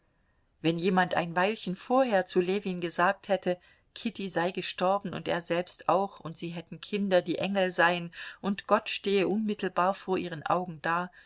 wenn jemand ein weilchen vorher zu ljewin gesagt hätte kitty sei gestorben und er selbst auch und sie hätten kinder die engel seien und gott stehe unmittelbar vor ihren augen da